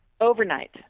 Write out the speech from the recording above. Overnight